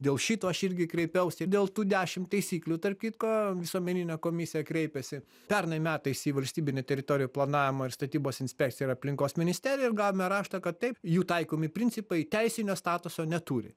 dėl šito aš irgi kreipiausi dėl tų dešim taisyklių tarp kitko visuomeninė komisija kreipėsi pernai metais į valstybinę teritorijų planavimo ir statybos inspekciją ir aplinkos ministeriją ir gavome raštą kad taip jų taikomi principai teisinio statuso neturi